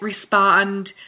respond